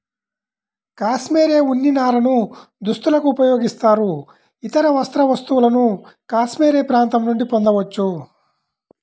cashmere ఉన్ని నారను దుస్తులకు ఉపయోగిస్తారు, ఇతర వస్త్ర వస్తువులను కాష్మెరె ప్రాంతం నుండి పొందవచ్చు